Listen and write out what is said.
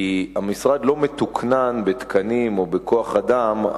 כי המשרד לא מתוקנן בתקנים או בכוח-אדם.